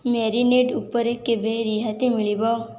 marinade ଉପରେ କେବେ ରିହାତି ମିଳିବ